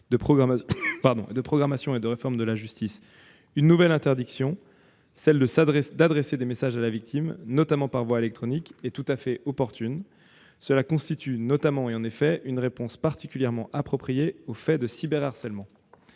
de programmation et de réforme de la justice, une nouvelle interdiction, celle d'adresser des messages à la victime, notamment par voie électronique. Cela constitue notamment une réponse particulièrement appropriée aux faits de cyberharcèlement.